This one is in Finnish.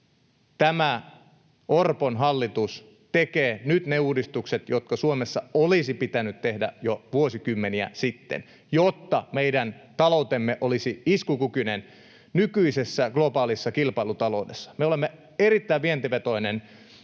tämä Orpon hallitus tekee nyt ne uudistukset, jotka Suomessa olisi pitänyt tehdä jo vuosikymmeniä sitten, jotta meidän taloutemme olisi iskukykyinen nykyisessä globaalissa kilpailutaloudessa. Me olemme erittäin vientivetoinen